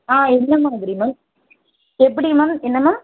ஆ என்ன மாதிரி மேம் எப்படி மேம் என்ன மேம்